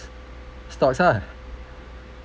stocks lah